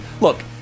look